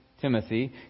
Timothy